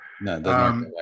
no